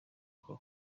ako